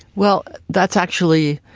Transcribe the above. well, that's actually,